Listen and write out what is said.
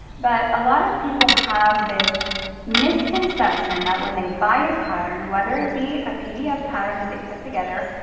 but a lot of people have this misconception that when they buy a pattern, whether it be a pdf pattern that they put together,